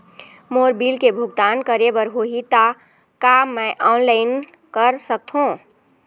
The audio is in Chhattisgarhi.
मोर बिल के भुगतान करे बर होही ता का मैं ऑनलाइन कर सकथों?